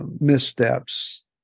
missteps